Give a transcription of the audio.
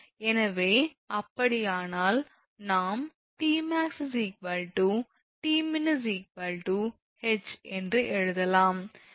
எனவே அப்படியானால் நாம் 𝑇𝑚𝑎𝑥 𝑇𝑚𝑖𝑛 H என்று எழுதலாம்